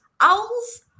owls